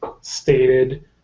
stated